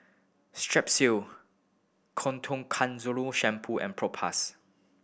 Strepsil Shampoo and Propass